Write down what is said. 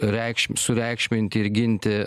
reikšm sureikšminti ir ginti